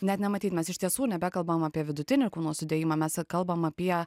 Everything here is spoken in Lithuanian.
net nematyt mes iš tiesų nebekalbam apie vidutinį kūno sudėjimą mes kalbam apie